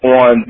on